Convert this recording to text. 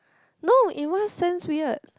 no in what sense weird